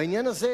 בעניין הזה,